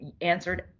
answered